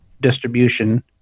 distribution